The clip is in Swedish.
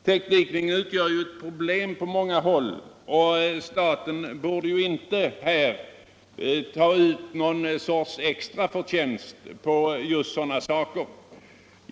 Täckdikningen är på många håll ett problem, och staten borde inte ta ut extra förtjänster på sådana projekteringsarbeten.